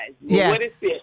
Yes